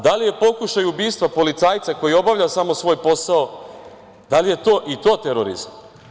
Da li je pokušaj ubistva policajca koji obavlja samo svoj posao terorizam?